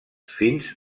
fins